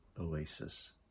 oasis